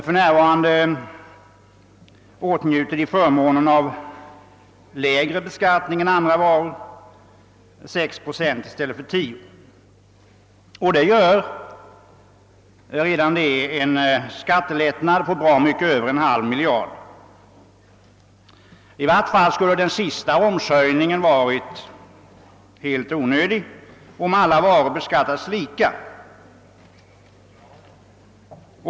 För närvarande åtnjuter de förmånen av lägre beskattning än andra varor, 6 procent i stället för 10, och redan det gör en skattelättnad på bra mycket över en halv miljard kronor. I vart fall skulle den senaste omshöjningen ha varit helt onödig om alla varor hade beskattats lika.